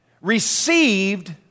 received